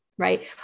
right